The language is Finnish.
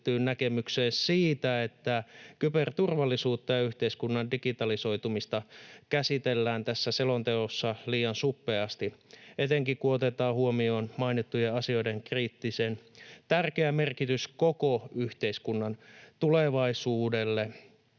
näkemykseen siitä, että kyberturvallisuutta ja yhteiskunnan digitalisoitumista käsitellään tässä selonteossa liian suppeasti etenkin, kun otetaan huomioon mainittujen asioiden kriittisen tärkeä merkitys koko yhteiskunnan tulevaisuudelle.